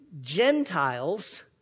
Gentiles